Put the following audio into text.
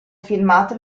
filmato